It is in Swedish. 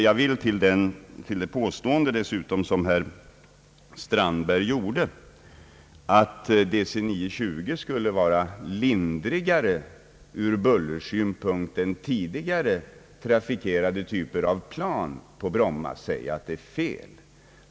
Jag vill dessutom till herr Strandbergs påstående att DC 9-20 skulle vara lindrigare ur bullersynpunkt än tidigare trafikerande typer av plan på Bromma säga, att detta är fel.